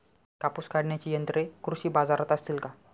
कापूस काढण्याची यंत्रे कृषी बाजारात असतील का?